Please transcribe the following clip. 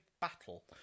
battle